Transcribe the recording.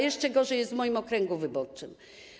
Jeszcze gorzej jest w moim okręgu wyborczym.